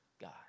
God